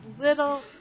little